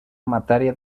matèria